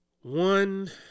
One